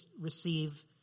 receive